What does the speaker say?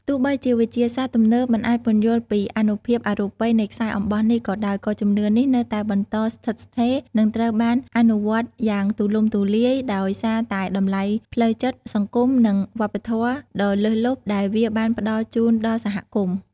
ទោះបីជាវិទ្យាសាស្ត្រទំនើបមិនអាចពន្យល់ពីអានុភាពអរូបីនៃខ្សែអំបោះនេះក៏ដោយ ក៏ជំនឿនេះនៅតែបន្តស្ថិតស្ថេរ និងត្រូវបានអនុវត្តន៍យ៉ាងទូលំទូលាយ ដោយសារតែតម្លៃផ្លូវចិត្ត សង្គម និងវប្បធម៌ដ៏លើសលប់ដែលវាបានផ្តល់ជូនដល់សហគមន៍។